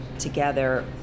together